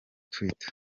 twitter